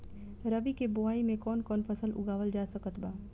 रबी के बोआई मे कौन कौन फसल उगावल जा सकत बा?